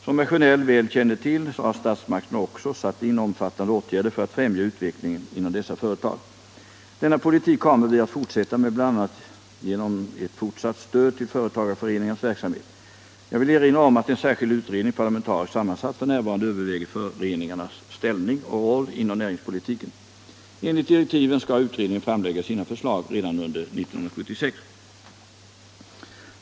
Som herr Sjönell väl känner till har statsmakterna också satt in omfattande åtgärder för att främja utvecklingen inom dessa företag. Denna politik kommer vi att fortsätta med bl.a. genom ett fortsatt stöd till företagareföreningarnas verksamhet. Jag vill erinra om att en särskild utredning, parlamentariskt sammansatt, f.n. överväger föreningarnas ställning och roll inom näringspolitiken. Enligt direktiven skall utredningen framlägga sina förslag redan under år 1976.